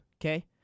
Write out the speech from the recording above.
Okay